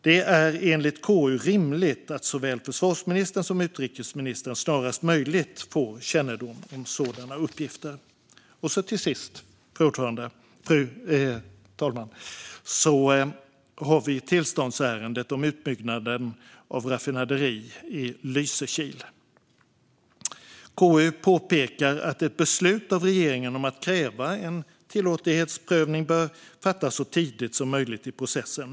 Det är enligt KU rimligt att såväl försvarsministern som utrikesministern snarast möjligt får kännedom om sådana uppgifter. Till sist, fru talman, har vi tillståndsärendet om utbyggnaden av raffinaderi i Lysekil. KU påpekar att ett beslut av regeringen om att kräva en tillåtlighetsprövning bör fattas så tidigt som möjligt i processen.